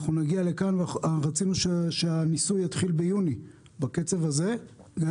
רצינו שהניסוי יתחיל ביוני אבל אני